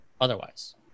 otherwise